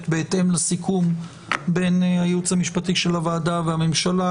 בהתאם לסיכום בין הייעוץ המשפטי של הוועדה והממשלה,